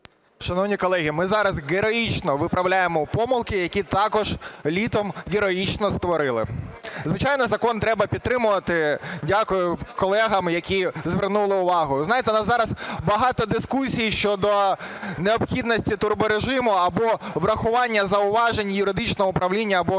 Шановні колеги, ми зараз героїчно виправляємо помилки, які також літом героїчно створили. Звичайно, закон треба підтримувати. Дякую колегам, які звернули увагу. Ви знаєте, у нас зараз багато дискусій щодо необхідності турборежиму або врахування зауважень юридичного управління або Головного